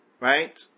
right